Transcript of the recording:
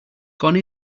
gone